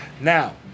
now